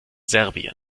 serbien